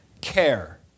care